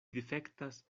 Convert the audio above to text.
difektas